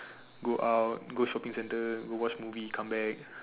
go out go shopping centre go watch movie come back